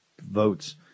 votes